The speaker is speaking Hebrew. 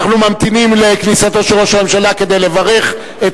אנחנו ממתינים לכניסתו של ראש הממשלה כדי לברך את